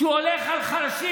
שהולך על חלשים,